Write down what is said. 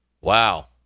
Wow